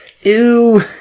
ew